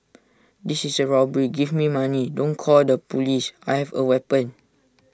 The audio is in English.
this is A robbery give me money don't call the Police I have A weapon